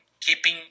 keeping